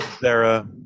Sarah